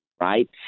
right